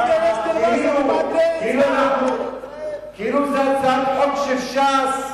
כאילו זה הצעת חוק של ש"ס,